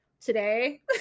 today